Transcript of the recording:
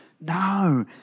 No